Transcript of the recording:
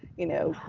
you know,